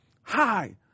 Hi